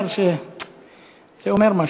אני אומר, זה אומר משהו.